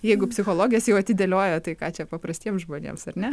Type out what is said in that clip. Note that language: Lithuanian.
jeigu psichologės jau atidėlioja tai ką čia paprastiems žmonėms ar ne